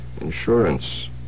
insurance